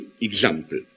example